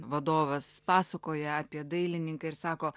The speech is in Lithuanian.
vadovas pasakoja apie dailininką ir sako